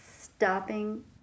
stopping